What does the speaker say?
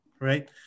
Right